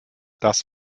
das